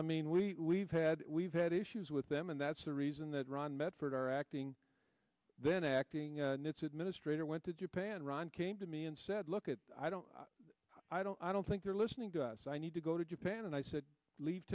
i mean we have had we've had issues with them and that's the reason that ron medford our acting then acting administrator went to japan ron came to me and said look at i don't i don't i don't think you're listening to us i need to go to japan and